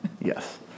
yes